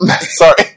Sorry